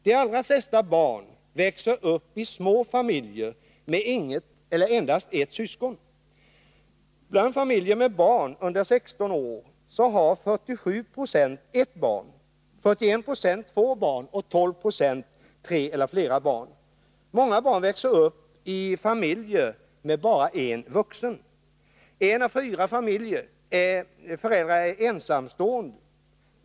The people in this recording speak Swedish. De allra flesta barn växer upp i små familjer med inget eller endast ett syskon. Bland familjer med barn under 16 år har 47 96 ett barn, 41 90 två barn och 12 96 tre eller flera barn. Många barn växer upp i familjer med bara en vuxen. En av fyra vårdnadshavare är ensamstående.